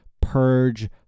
purge